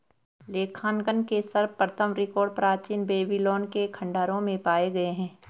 लेखांकन के सर्वप्रथम रिकॉर्ड प्राचीन बेबीलोन के खंडहरों में पाए गए हैं